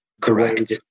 Correct